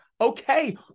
okay